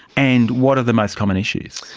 and what are the most common issues?